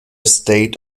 state